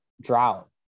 drought